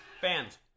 Fans